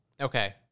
Okay